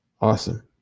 awesome